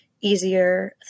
easier